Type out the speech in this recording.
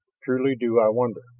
truly do i wonder.